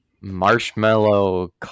marshmallow